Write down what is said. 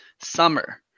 summer